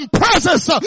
presence